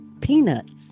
peanuts